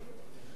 ואני אומרת: